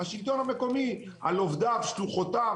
השלטון המקומי, על עובדיו, שלוחותיו